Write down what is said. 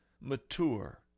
mature